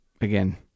again